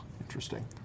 Interesting